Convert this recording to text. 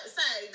say